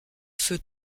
feu